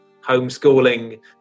homeschooling